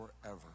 forever